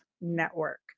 Network